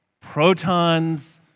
protons—